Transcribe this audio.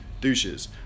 douches